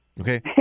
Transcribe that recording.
Okay